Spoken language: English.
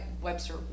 Webster